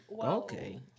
okay